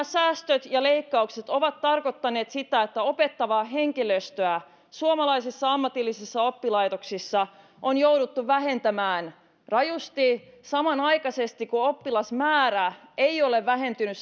säästöt ja leikkaukset ovat tarkoittaneet sitä että opettavaa henkilöstöä suomalaisissa ammatillisissa oppilaitoksissa on jouduttu vähentämään rajusti samanaikaisesti kun oppilasmäärä ei ole vähentynyt